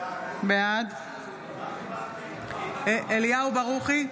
בעד אליהו ברוכי,